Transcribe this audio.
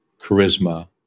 charisma